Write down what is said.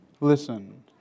Listen